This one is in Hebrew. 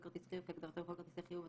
כהגדרתו בחוק שירותי תשלום,